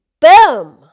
Boom